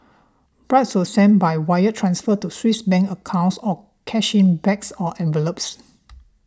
bribes were sent by wire transfer to Swiss Bank accounts or cash in bags or envelopes